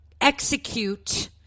execute